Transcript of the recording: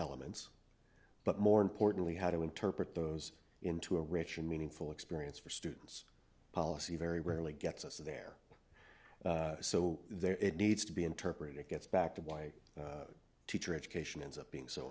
elements but more importantly how to interpret those into a richer meaningful experience for students policy very rarely gets us there so there it needs to be interpreted it gets back to why teacher education is up being so